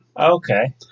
Okay